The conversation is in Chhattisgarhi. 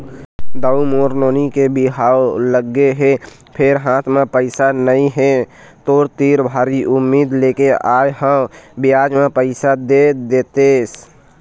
दाऊ मोर नोनी के बिहाव लगगे हे फेर हाथ म पइसा नइ हे, तोर तीर भारी उम्मीद लेके आय हंव बियाज म पइसा दे देतेस